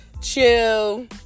chill